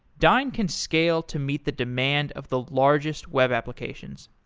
dyn can scale to meet the demand of the largest web applications.